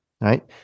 right